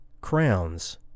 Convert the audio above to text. crowns